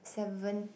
seven